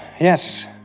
yes